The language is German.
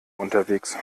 unterwegs